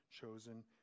chosen